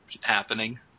happening